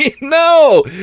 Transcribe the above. no